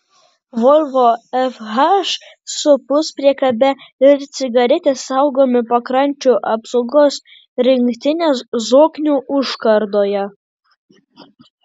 volvo fh su puspriekabe ir cigaretės saugomi pakrančių apsaugos rinktinės zoknių užkardoje